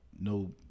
no